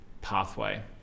pathway